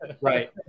right